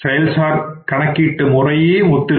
செயல்சார் கணக்கீட்டு முறையையும் ஒத்திருக்கும்